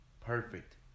perfect